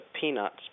peanuts